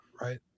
right